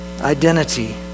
Identity